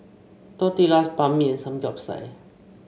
Tortillas Banh Mi and Samgeyopsal